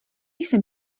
jsem